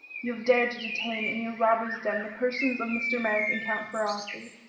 you have dared to detain in your robbers' den the persons of mr. merrick and count ferralti.